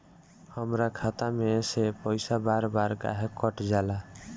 हमरा खाता में से पइसा बार बार काहे कट जाला?